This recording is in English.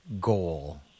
goal